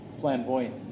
flamboyant